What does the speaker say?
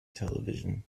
television